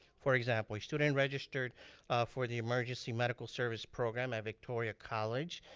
for example, a student registered for the emergency medical service program at victoria college,